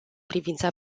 privința